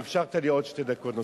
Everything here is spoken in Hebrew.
שאפשרת לי עוד שתי דקות נוספות.